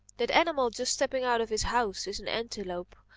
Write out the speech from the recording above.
that animal just stepping out of his house is an antelope,